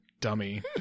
Dummy